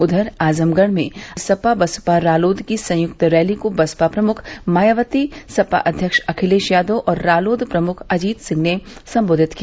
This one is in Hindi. उधर आजमगढ़ में सपा बसपा रालोद की संयुक्त रैली को बसपा प्रमुख मायावती सपा अव्यक्ष अखिलेश यादव और रालोद प्रमुख अजित सिंह ने संबोधित किया